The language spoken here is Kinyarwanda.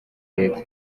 leta